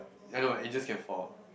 ya lor it's just have four